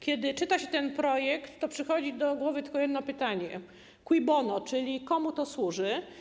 Kiedy czyta się ten projekt, to przychodzi do głowy tylko jedno pytanie: cui bono?, czyli: komu to służy?